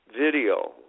video